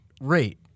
rate